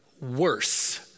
worse